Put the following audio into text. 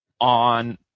on